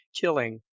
killing